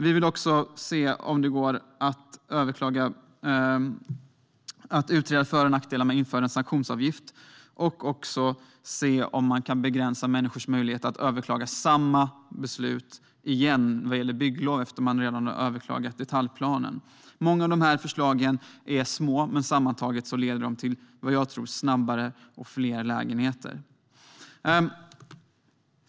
Vi vill också se om det går att utreda för och nackdelar med att införa en sanktionsavgift och om det går att begränsa människors möjlighet att överklaga samma beslut igen vad gäller bygglov efter att man redan har överklagat detaljplanen. Många av de här förslagen är små, men sammantaget leder de till, tror jag, fler lägenheter snabbare.